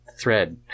thread